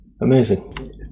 Amazing